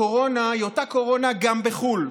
הקורונה היא אותה קורונה גם בחו"ל,